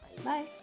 -bye